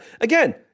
Again